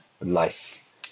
Life